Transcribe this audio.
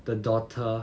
the daughter